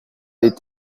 home